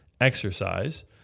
exercise